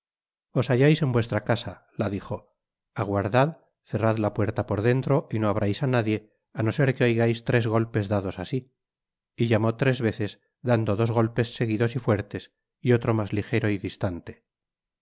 que llevamos ya descrito os hallais en vuestra casa la dijo aguardad cerrad la puerta por dentro y no abrais á nadie á no ser que oigais tres golpes dados asi y llamó tres veces dando dos golpes seguidos y fuertes y otro mas lijero y distante